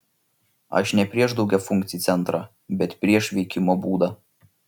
aš ne prieš daugiafunkcį centrą bet prieš veikimo būdą